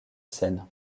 scène